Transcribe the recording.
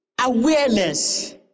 awareness